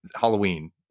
Halloween